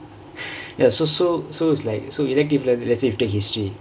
ya so so so it's like so elective வந்து:vanthu so let's say if you take history